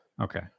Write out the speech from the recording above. Okay